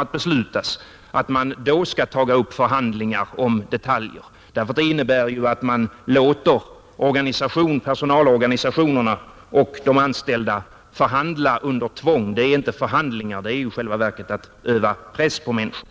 att beslutas, skall ta upp förhandlingar om detaljer, ty det innebär ju att man låter personalorganisationerna och de anställda förhandla under tvång. Det är inte förhandlingar. Det är i själva verket att öva press på människor.